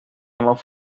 ambos